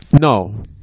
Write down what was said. No